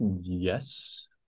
Yes